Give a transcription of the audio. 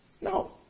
No